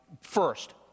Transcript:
First